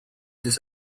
this